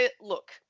look